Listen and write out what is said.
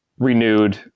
renewed